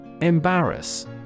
Embarrass